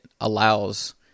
allows